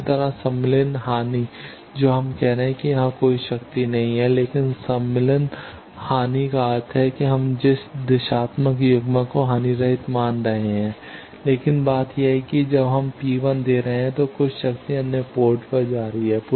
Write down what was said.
इसी तरह सम्मिलन हानि जो हम कह रहे हैं कि यहां कोई शक्ति नहीं है लेकिन सम्मिलन हानि का अर्थ है कि हम जिस दिशात्मक युग्मक को हानिरहित मान रहे हैं लेकिन बात यह है कि जब हम P1 दे रहे हैं तो कुछ शक्ति अन्य पोर्ट पर जा रही है